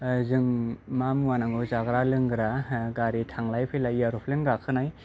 जों मा मुवा नांगौ जाग्रा लोंग्रा गारि थांलाय फैलाय एर'प्लेन गाखोनाय